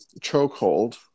chokehold